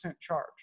charge